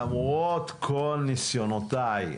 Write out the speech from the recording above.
למרות כל ניסיונותיי.